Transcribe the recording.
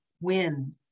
wind